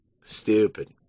Stupid